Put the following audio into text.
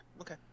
Okay